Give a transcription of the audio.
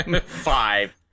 Five